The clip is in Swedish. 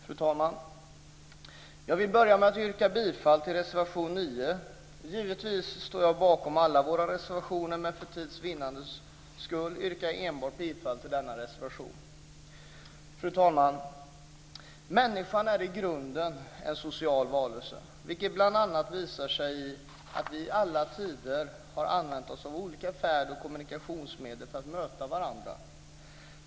Fru talman! Jag vill börja med att yrka bifall till reservation 9. Givetvis står jag bakom alla våra reservationer, men för tids vinnande yrkar jag bifall enbart till denna reservation. Fru talman! Människan är i grunden en social varelse, vilket bl.a. visar sig i att vi i alla tider har använts oss av olika färd och kommunikationsmedel för att möta varandra.